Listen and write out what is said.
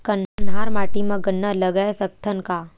कन्हार माटी म गन्ना लगय सकथ न का?